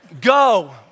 Go